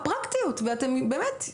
של הפרקטיות ואתם באמת,